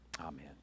Amen